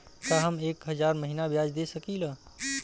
का हम एक हज़ार महीना ब्याज दे सकील?